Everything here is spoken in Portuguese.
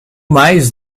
mais